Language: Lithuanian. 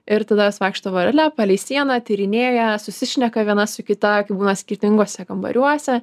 ir tada jos vaikšto vorele palei sieną tyrinėja susišneka viena su kita kai būna skirtinguose kambariuose